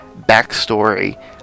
backstory